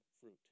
fruit